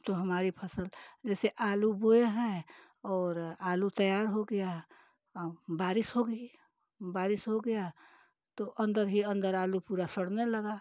तो हमारी फ़स्ल जैसे आलू बोया है और आलू तैयार हो गया बारिश हो गई बारिश हो गया तो अन्दर ही अन्दर आलू पूरा सड़ने लगा